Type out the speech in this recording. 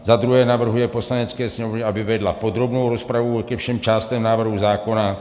za druhé navrhuje Poslanecké sněmovně, aby vedla podrobnou rozpravu ke všem částem návrhu zákona;